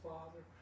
Father